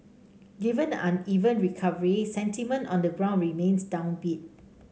given the uneven recovery sentiment on the ground remains downbeat